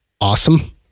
awesome